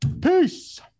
Peace